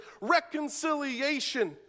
Reconciliation